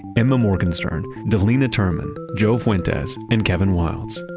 emma morgenstern, delena turman, joe fuentes, and kevin wildes.